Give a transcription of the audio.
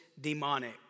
demonic